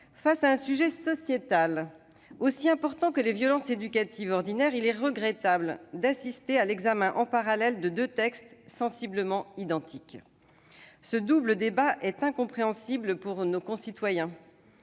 Face à un sujet sociétal aussi important que les violences éducatives ordinaires, il est regrettable d'assister à l'examen en parallèle de deux textes sensiblement identiques. Ce double débat est incompréhensible pour nos concitoyens